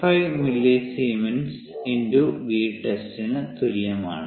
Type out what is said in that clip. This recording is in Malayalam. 5 മില്ലിസീമെൻസ് × Vtest തുല്യമാണ്